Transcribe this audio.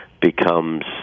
becomes